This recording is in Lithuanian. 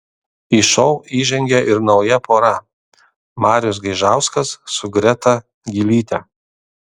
į šou įžengė ir nauja pora marius gaižauskas su greta gylyte